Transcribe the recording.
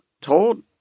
told